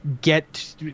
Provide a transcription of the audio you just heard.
get